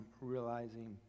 realizing